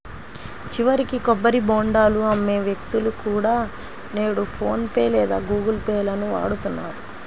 చివరికి కొబ్బరి బోండాలు అమ్మే వ్యక్తులు కూడా నేడు ఫోన్ పే లేదా గుగుల్ పే లను వాడుతున్నారు